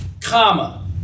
comma